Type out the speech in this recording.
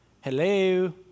Hello